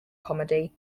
comedy